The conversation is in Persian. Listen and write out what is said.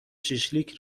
شیشلیک